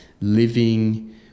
living